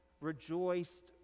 rejoiced